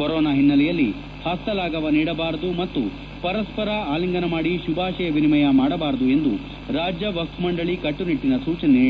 corona ಹಿನ್ನೆಲೆಯಲ್ಲಿ ಹಸ್ತಲಾಗವ ನೀಡಬಾರದು ಮತ್ತು ಪರಸ್ವರ ಆಲಿಂಗನ ಮಾಡಿ ಶುಭಾಶಯ ವಿನಿಮಯ ಮಾಡಬಾರದು ಎಂದು ರಾಜ್ಯ ವಕ್ಪ್ ಮಂಡಳಿ ಕಟ್ಟುನಿಟ್ಟಿನ ಸೂಚನೆ